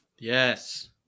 yes